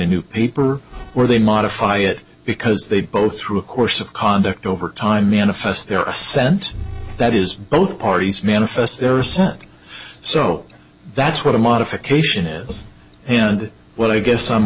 a new paper or they modify it because they both through a course of conduct over time manifests their assent that is both parties manifest their scent so that's what a modification is and what i guess i'm